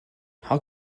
how